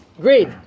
great